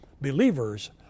believers